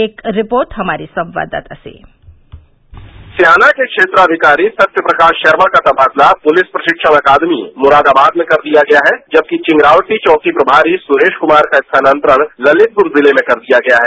एक रिपोर्ट हमारे संवाददाता से सयाना के क्षेत्राधिकारी सत्यप्रकाश शर्मा का तबादला पुलिस प्रशिक्षण अकादमी मुरादाबाद में कर दिया गया है जबकि विमरावटी चौकी के प्रभारी सुरेश कुमार का स्थानांतरण ललितपुर जिले में कर दिया गया है